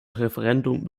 referendum